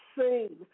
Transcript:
seen